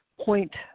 point